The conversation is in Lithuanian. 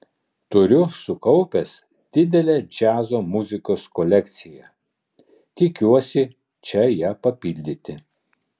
turiu sukaupęs didelę džiazo muzikos kolekciją tikiuosi čia ją papildyti